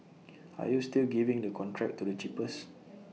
are you still giving the contract to the cheapest